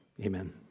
Amen